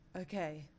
okay